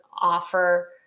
offer